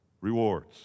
rewards